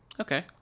Okay